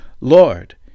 Lord